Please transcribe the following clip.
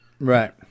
Right